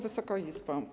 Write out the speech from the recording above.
Wysoka Izbo!